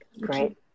Great